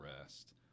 rest